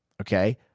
Okay